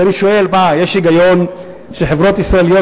אז אני שואל: יש היגיון שחברות ישראליות